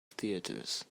theatres